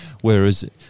whereas